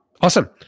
Awesome